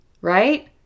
Right